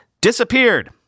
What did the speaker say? disappeared